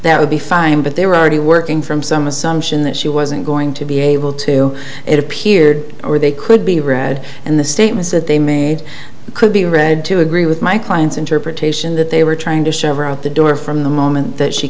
that would be fine but they were already working from some assumption that she wasn't going to be able to it appeared or they could be read and the statements that they made could be read to agree with my client's interpretation that they were trying to shove her out the door from the moment that she